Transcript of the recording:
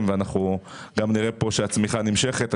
הוא יגדיל את התוצר ונראה שהצמיחה נמשכת.